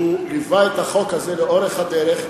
שליווה את החוק הזה לאורך הדרך,